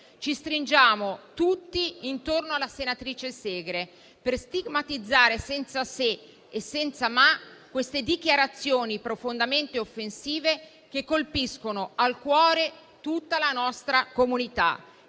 si stringano tutti intorno alla senatrice Segre per stigmatizzare senza se e senza ma queste dichiarazioni profondamente offensive, che colpiscono al cuore tutta la nostra comunità.